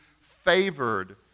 favored